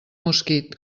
mosquit